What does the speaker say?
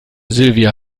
silvia